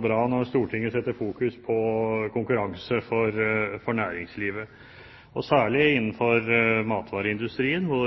bra når Stortinget fokuserer på konkurranse for næringslivet, og særlig innenfor matvareindustrien, hvor